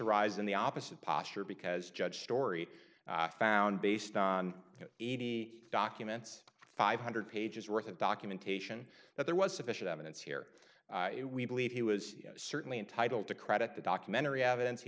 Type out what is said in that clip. rise in the opposite posture because judge story found based on the documents five hundred pages worth of documentation that there was sufficient evidence here we believe he was certainly entitled to credit the documentary evidence he